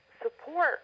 Support